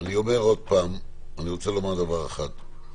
אני רוצה לומר דבר אחד,